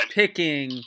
picking